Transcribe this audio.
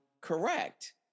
correct